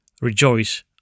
rejoice